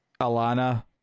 Alana